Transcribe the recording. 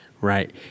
Right